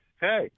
hey